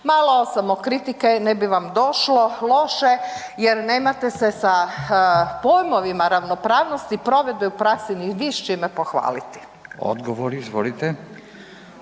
Malo samokritike ne bi vam došlo loše jer nemate se sa pojmovima ravnopravnosti i provedbe u praksi ni vi s čime pohvaliti. **Radin, Furio